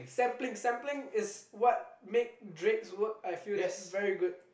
sampling sampling is what makes Drake works I feel that's very good